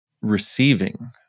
receiving